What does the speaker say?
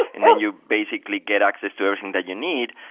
and then you basically get access to everything that you need,